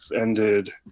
ended